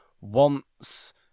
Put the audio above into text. wants